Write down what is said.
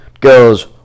goes